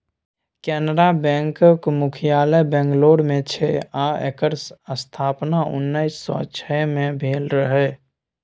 कैनरा बैकक मुख्यालय बंगलौर मे छै आ एकर स्थापना उन्नैस सँ छइ मे भेल रहय